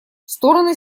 стороны